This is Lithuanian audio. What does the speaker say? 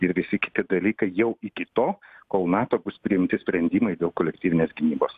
ir visi kiti dalykai jau iki to kol nato bus priimti sprendimai dėl kolektyvinės gynybos